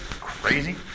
crazy